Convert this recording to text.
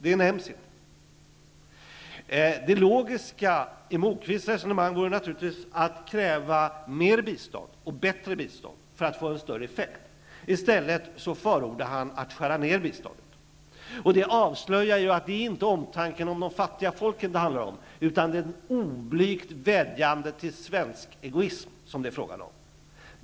Det logiska, enligt Lars Moquist resonemang, vore naturligtvis att kräva mer och bättre bistånd för att få en större effekt. I stället förordar han att man skall skära ner biståndet. Det avslöjar att det inte är omtanken om de fattiga folken det handlar om, utan ett oblygt vädjande till svensk egoism.